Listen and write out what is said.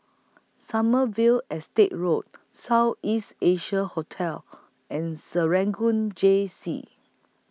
Sommerville Estate Road South East Asia Hotel and Serangoon Jessie